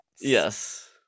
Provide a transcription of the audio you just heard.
yes